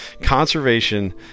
conservation